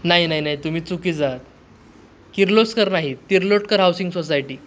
नाही नाही नाही तुम्ही चुकी जा किर्लोस्कर नाही तिर्लोटकर हाऊसिंग सोसायटी